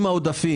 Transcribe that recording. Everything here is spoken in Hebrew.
אם העברת